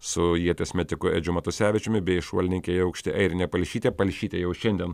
su ieties metiku edžiu matusevičiumi bei šuolininke į aukštį airine palšyte palšytė jau šiandien